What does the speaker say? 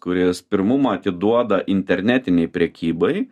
kuris pirmumą atiduoda internetinei prekybai